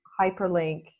hyperlink